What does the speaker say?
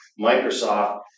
Microsoft